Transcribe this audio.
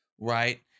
Right